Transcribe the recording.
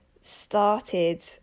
started